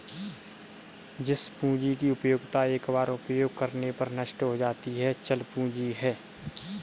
जिस पूंजी की उपयोगिता एक बार उपयोग करने पर नष्ट हो जाती है चल पूंजी है